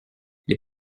les